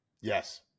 Yes